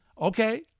okay